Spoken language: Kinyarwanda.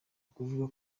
nukuvuga